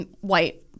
white